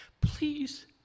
please